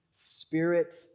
Spirit